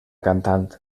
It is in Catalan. cantant